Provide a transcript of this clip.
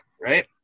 right